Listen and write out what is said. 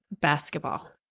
basketball